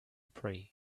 pray